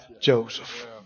Joseph